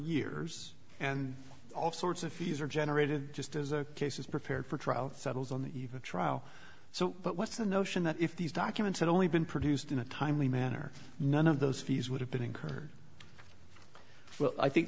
years and all sorts of fees are generated just as a case is prepared for trout settles on the eve of trial so what's the notion that if these documents only been produced in a timely manner none of those fees would have been incurred well i think